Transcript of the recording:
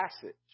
passage